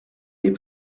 est